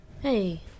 Hey